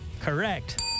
Correct